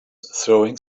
throwing